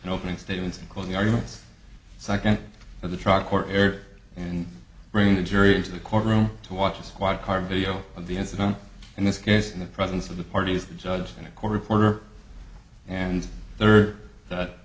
in opening statements and closing arguments second for the truck or air and bringing the jury into the courtroom to watch a squad car video of the incident in this case in the presence of the parties the judge in a court reporter and third that